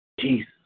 Jesus